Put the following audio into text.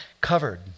Covered